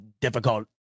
difficult